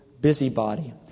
busybody